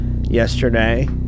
yesterday